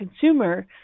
consumer